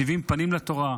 שבעים פנים לתורה.